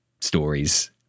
stories